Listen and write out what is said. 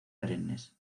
perennes